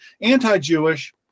anti-Jewish